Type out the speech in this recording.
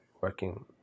working